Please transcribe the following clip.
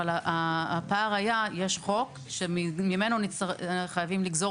אבל הפער היה שיש חוק שממנו חייבים לגזור